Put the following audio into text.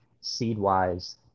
seed-wise –